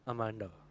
Amanda